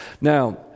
Now